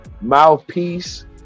Mouthpiece